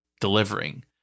delivering